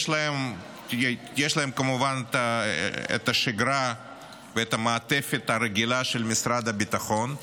יש להם כמובן את השגרה ואת המעטפת הרגילה של משרד הביטחון,